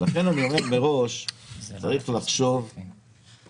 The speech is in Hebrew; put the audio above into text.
לכן קודם כול לדעתי זה צריך להיות דינמי.